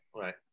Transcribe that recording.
right